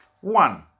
One